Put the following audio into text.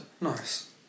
Nice